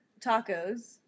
tacos